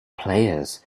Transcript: players